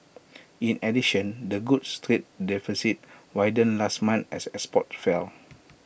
in addition the goods trade deficit widened last month as exports fell